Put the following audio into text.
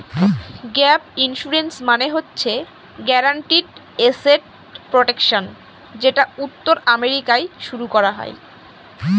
gap insurance মানে হচ্ছে guaranteed asset protection যেটা উত্তর আমেরিকায় শুরু করা হয়